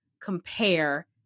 compare